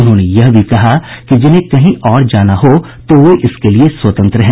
उन्होंने यह भी कहा कि जिन्हें कहीं और जाना हो तो वे इसके लिए स्वतंत्र हैं